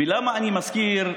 ולמה אני מזכיר,